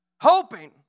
hoping